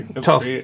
Tough